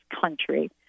country